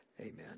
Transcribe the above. Amen